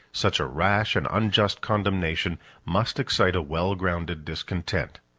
such a rash and unjust condemnation must excite a well-grounded discontent.